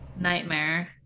Nightmare